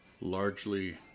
largely